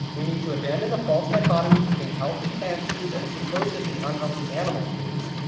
we need to abandon the false dichotomy between healthy plant foods and supposedly unhealthy animal foods,